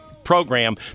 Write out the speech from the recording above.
program